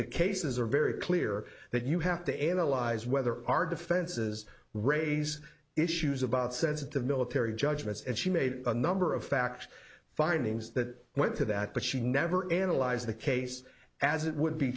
the cases are very clear that you have to analyze whether our defenses raise issues about sensitive military judgments and she made a number of fact findings that went to that but she never analyzed the case as it would be